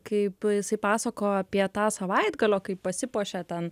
kaip jisai pasakojo apie tą savaitgalio kai pasipuošia ten